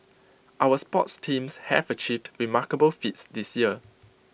our sports teams have achieved remarkable feats this year